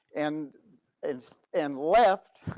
and it's and left